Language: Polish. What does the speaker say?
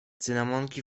cynamonki